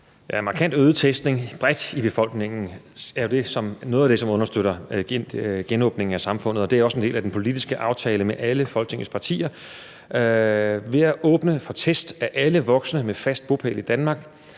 Markant øget testning bredt i befolkningen er jo noget af det, som understøtter genåbningen af samfundet, og det er også en del af den politiske aftale med alle Folketingets partier. Ved at åbne for test af alle voksne med fast bopæl i Danmark